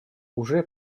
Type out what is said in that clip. уже